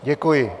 Děkuji.